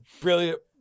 brilliant